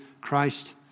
Christ